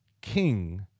King